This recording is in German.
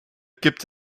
gibt